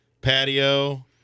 patio